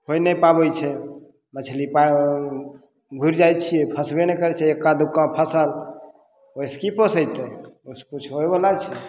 होइ नहि पाबय छै मछली पा घुरि जाइ छियै फसबे नहि करय छै एक्का दुक्का फसल ओइसँ कि पोसेतय ओइसँ किछु होइवला छै